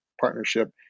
partnership